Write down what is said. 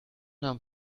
nahm